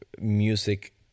music